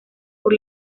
por